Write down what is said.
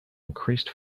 increased